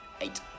Eight